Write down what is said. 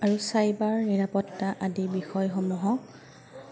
আৰু চাইবাৰ নিৰাপত্তা আদি বিষয়সমূহক